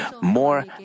more